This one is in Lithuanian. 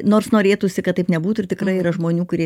inors norėtųsi kad taip nebūtų ir tikrai yra žmonių kurie